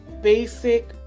basic